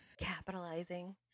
capitalizing